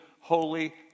holy